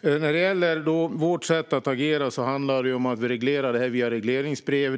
När det gäller vårt sätt att agera handlar det om att reglera detta via regleringsbrev.